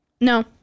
no